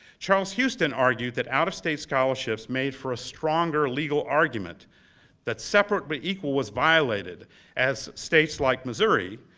charles houston argued that out of state scholarships made for a stronger legal argument that separate, but equal, was violated as states like missouri,